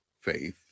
faith